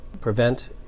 prevent